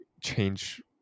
change